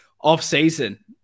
off-season